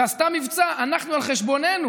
ועשתה מבצע: אנחנו על חשבוננו